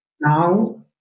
now